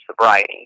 sobriety